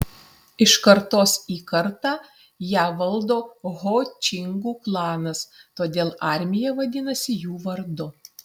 iš kartos į kartą ją valdo ho čingų klanas todėl armija vadinasi jų vardu